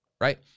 right